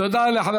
תודה, אדוני.